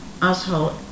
asshole